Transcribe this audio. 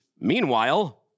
Meanwhile